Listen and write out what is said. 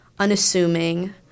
unassuming